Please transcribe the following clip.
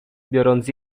biorąc